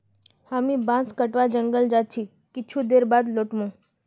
हामी बांस कटवा जंगल जा छि कुछू देर बाद लौट मु